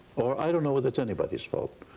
or i don't know whether it's anybody's fault.